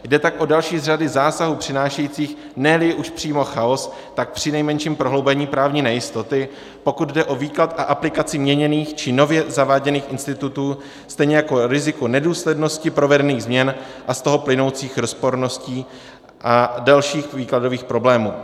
Jde tak o další z řady zásahů přinášejících neli už přímo chaos, tak přinejmenším prohloubení právní nejistoty, pokud jde o výklad a aplikaci měněných či nově zaváděných institutů, stejně jako riziko nedůslednosti provedených změn a z toho plynoucích rozporností a dalších výkladových problémů.